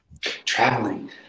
Traveling